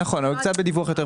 נכון, אבל בדיווח קצת יותר